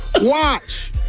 Watch